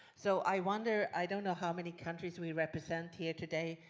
so i wonder, i don't know how many countries we represent here today,